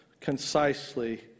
concisely